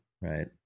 right